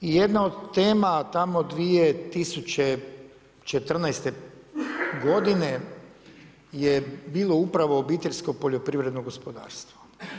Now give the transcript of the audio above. I jedna od tema tamo 2014. godine je bilo upravo obiteljsko poljoprivredno gospodarstvo.